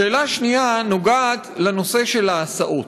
שאלה שנייה נוגעת לנושא ההסעות.